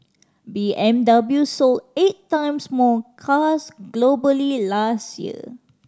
B M W sold eight times more cars globally last year